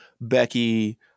becky